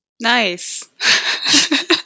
nice